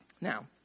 Now